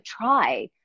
try